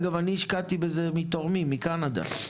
אגב, אני השקעתי בזה מתורמים, מקנדה.